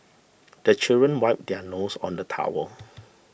the children wipe their noses on the towel